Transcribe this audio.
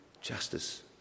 justice